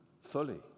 fully